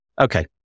Okay